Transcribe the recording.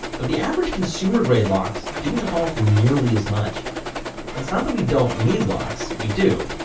but the average consumer grade locks didn't evolve nearly as much. it's not that we don't need locks, we do,